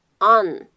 on